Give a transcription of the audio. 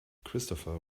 christopher